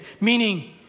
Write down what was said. meaning